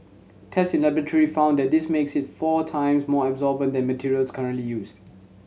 test in laboratory found that this makes it four times more absorbent than materials currently used